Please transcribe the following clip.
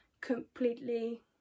completely